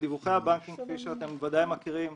בדיווחי הבנקים, כפי שאתם ודאי מכירים,